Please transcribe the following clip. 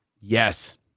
Yes